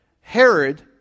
Herod